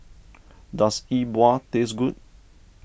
does Yi Bua taste good